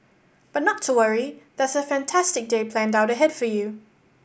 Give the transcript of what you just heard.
but not to worry there's a fantastic day planned out ahead for you